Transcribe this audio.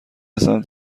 سمت